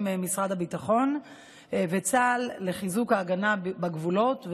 משרד הביטחון וצה"ל לחיזוק ההגנה בגבולות,